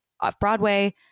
off-Broadway